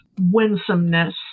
winsomeness